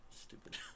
stupid